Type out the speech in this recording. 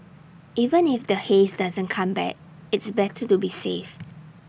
even if the haze doesn't come back it's better to be safe